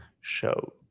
show